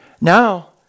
Now